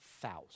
thousand